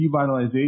revitalization